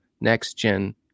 next-gen